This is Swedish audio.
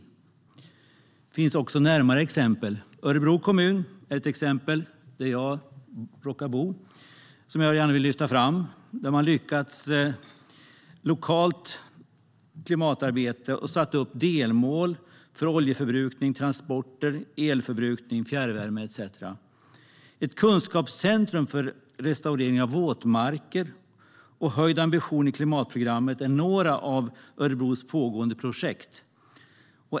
Det finns också närmare exempel. Örebro kommun, där jag råkar bo, är ett exempel som jag gärna vill lyfta fram. Där har man lyckats med ett lokalt klimatarbete och satt upp delmål för oljeförbrukning, transporter, elförbrukning, fjärrvärme etcetera. Ett kunskapscentrum för restaurering av våtmarker och en höjd ambition i klimatprogrammet är några av Örebros pågående projekt.